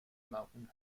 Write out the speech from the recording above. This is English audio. mountain